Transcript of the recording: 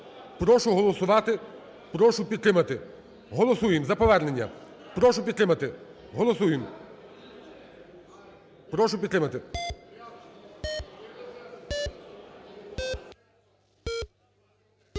Прошу голосувати. Прошу підтримати. Голосуємо за повернення. Прошу підтримати. Голосуєм. Прошу підтримати.